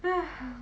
!haiya!